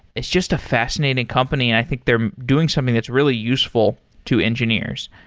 it's just a fascinating company and i think they're doing something that's really useful to engineers.